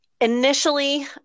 initially